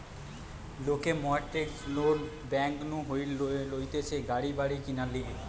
লোকে mortgage loan bank নু লইতেছে গাড়ি বাড়ি কিনার লিগে